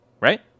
right